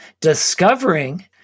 discovering